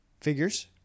figures